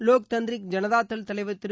லோக் தந்திரிக் ஜனதா தள் தலைவர் திரு